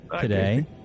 today